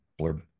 blurb